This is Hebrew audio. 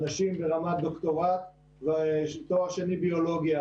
אנשים ברמת דוקטורט ותואר שני ביולוגיה